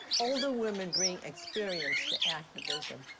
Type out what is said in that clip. all the women bring experience to activism,